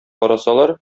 карасалар